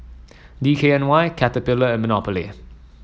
D K N Y Caterpillar and Monopoly